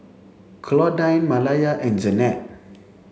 Claudine Malaya and Janette